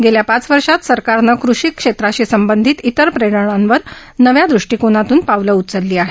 गेल्या पाच वर्षात सरकारनं कृषी क्षेत्राशी संबंधित इतर प्रेरणांवर नव्या दृष्टीकोनातून पावलं उचली आहेत